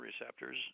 receptors